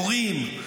מורים,